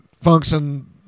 function